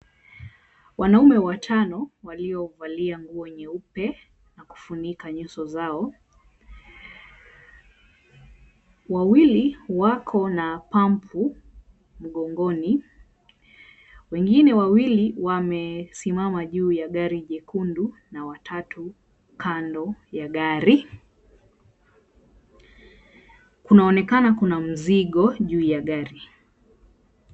Wanaume watano waliovalia nguo nyeupe na kufunika nyuso zao, wawili wako na pampu mgongoni, wengine wawili wamesimama juu ya gari jekundu na watatu kando ya gari, kunaonekana kuna mzigo juu ya gari.